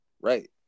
Right